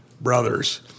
brothers